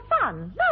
fun